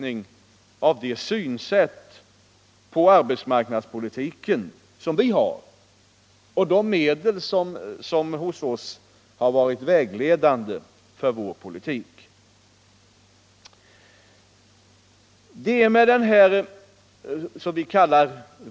Man antog också en rekommendation som i stor utsträckning präglades av det synsätt på arbetsmarknadspolitiken som vi har.